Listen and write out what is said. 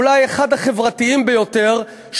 אולי אחד החברתיים ביותר,